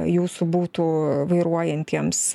jūsų būtų vairuojantiems